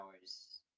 hours